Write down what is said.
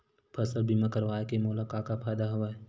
फसल बीमा करवाय के मोला का फ़ायदा हवय?